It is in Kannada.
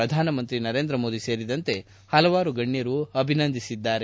ಪ್ರಧಾನಮಂತ್ರಿ ನರೇಂದ್ರ ಮೋದಿ ಸೇರಿದಂತೆ ಹಲವರು ಅಭಿನಂದಿಸಿದ್ದಾರೆ